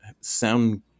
sound